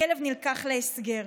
הכלב נלקח להסגר.